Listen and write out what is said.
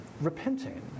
repenting